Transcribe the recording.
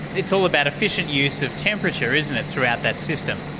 it's all about efficient use of temperature, isn't it, throughout that system.